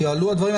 יעלו הדברים.